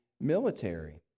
military